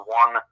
one